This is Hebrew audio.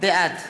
בעד